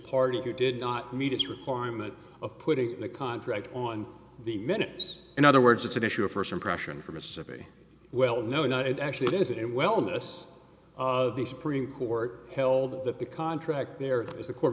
party who did not meet its requirement of putting the contract on the minutes in other words it's an issue of first impression from mississippi well no not actually it is it in wellness of the supreme court held that the contract there is a court